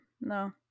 No